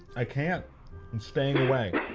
i can't. i'm staying away.